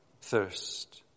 thirst